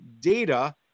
data